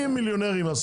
מיליונר.